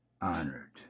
honored